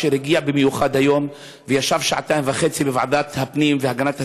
אשר הגיע במיוחד היום וישב שעתיים וחצי בוועדת הפנים והגנת הסביבה,